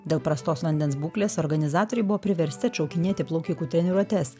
dėl prastos vandens būklės organizatoriai buvo priversti atšaukinėti plaukikų treniruotes